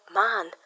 man